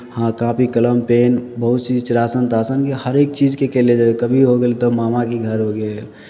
हँ कॉपी कलम पेन बहुत चीज छै राशन ताशन कि हरेक चीजके लेल गेल कभी हो गेल तऽ मामाके घर हो गेल